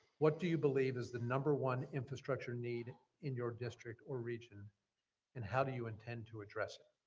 what do you believe is the number one infrastructure need in your district or region and how do you intend to address it?